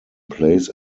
plays